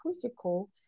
critical